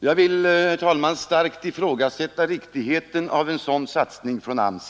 Jag vill, herr talman, starkt ifrågasätta riktigheten av en sådan satsning av AMS.